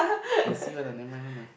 can see one lah never mind one lah